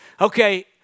okay